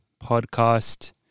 podcast